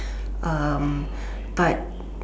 um but